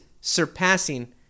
surpassing